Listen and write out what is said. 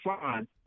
fine